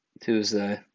Tuesday